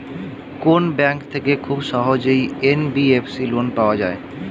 কোন ব্যাংক থেকে খুব সহজেই এন.বি.এফ.সি লোন পাওয়া যায়?